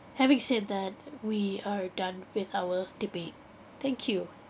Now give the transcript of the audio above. having said that we are done with our debate thank you